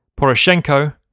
Poroshenko